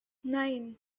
nine